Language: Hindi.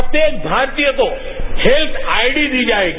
प्रत्येक भारतीय को हेत्थ आईडी दी जायेगी